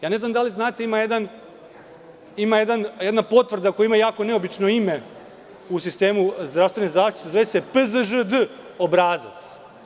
Ne znam da li znate, ima jedna potvrda koja ima jako neobično ime u sistemu zdravstvene zaštite, a zove se PZŽD obrazac.